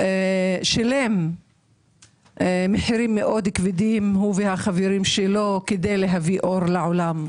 שילם מחירים מאוד כבדים הוא וחבריו כדי להביא אור לעולם.